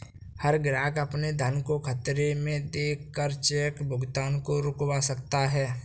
हर ग्राहक अपने धन को खतरे में देख कर चेक भुगतान को रुकवा सकता है